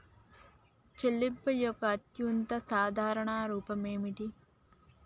చెల్లింపు యొక్క అత్యంత సాధారణ రూపం ఏమిటి?